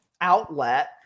outlet